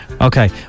Okay